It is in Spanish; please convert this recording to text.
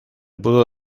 pudo